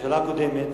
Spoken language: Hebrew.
הממשלה הקודמת,